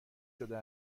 شده